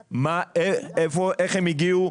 איך הם הגיעו?